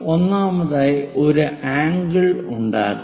ഒന്നാമതായി ഒരു ആംഗിൾ ഉണ്ടാക്കുക